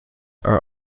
are